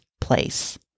place